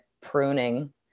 pruning